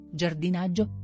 giardinaggio